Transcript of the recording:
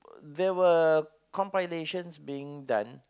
there were compilations being done